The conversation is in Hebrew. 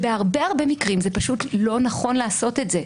בהרבה מקרים זה פשוט לא נכון לעשות את זה.